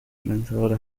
lanzadores